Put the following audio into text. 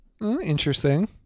Interesting